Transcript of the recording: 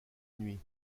nuit